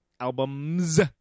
albums